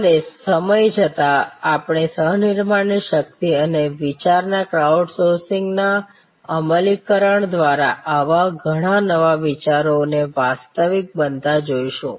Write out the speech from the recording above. અને સમય જતાં આપણે સહ નિર્માણની શક્તિ અને વિચારના ક્રાઉડ સોર્સિંગ ના અમલીકરણ દ્વારા આવા ઘણા નવા વિચારોને વાસ્તવિકતા બનતા જોઈશું